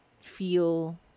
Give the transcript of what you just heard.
feel